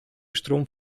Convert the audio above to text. strom